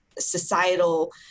Societal